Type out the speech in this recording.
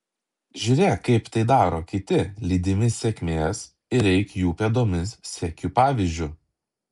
žiūrėk kaip tai daro kiti lydimi sėkmės ir eik jų pėdomis sek jų pavyzdžiu